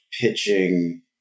pitching